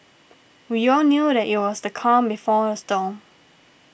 we all knew that it was the calm before the storm